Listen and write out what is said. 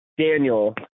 Daniel